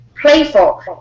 playful